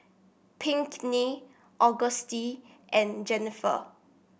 Pinkney Auguste and Jenniffer